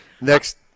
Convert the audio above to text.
Next